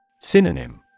Synonym